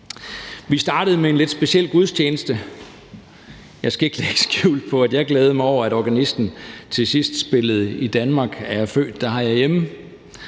Vi startede med en lidt speciel gudstjeneste, og jeg skal ikke lægge skjul på, at jeg glædede mig over, at organisten til sidst spillede »I Danmark er jeg født«, for den er bare